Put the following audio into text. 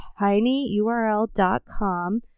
tinyurl.com